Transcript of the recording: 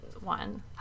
one